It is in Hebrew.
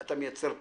אתה מייצר פה,